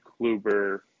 Kluber